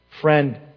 friend